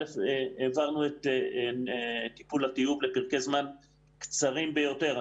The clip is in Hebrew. העברנו את טיפול הטיוב לפרקי זמן קצרים ביותר.